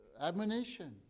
admonition